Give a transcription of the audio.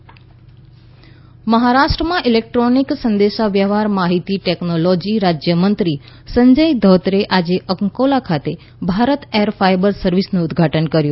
Maharashtra wireless મહારાષ્ટ્રમાં electronic સંદેશાવ્યવહાર માહિતી ટેકનોલોજી રાજ્યમંત્રી સંજય ધોત્રેએ આજે અંકોલા ખાતે ભારત એર ફાઇબર સર્વિસનું ઉદઘાટન કર્યું